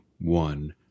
one